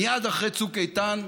מייד אחרי צוק איתן,